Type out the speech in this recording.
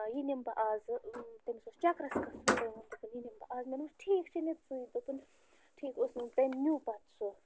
یہِ نِمہٕ بہٕ اَزٕ تٔمِس اوس چَکرَس گژھُن دوٚپُن یہِ نِمہٕ بہٕ اَز مےٚ دوپمَس ٹھیٖک چھُ نِتہٕ ژٕے دوٚپُن ٹھیٖک اوس نہ تٔمۍ نیٛوٗ پَتہٕ سُہ